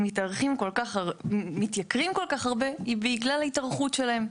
מתייקרים כל-כך הרבה היא בגלל ההתארכות שלהם.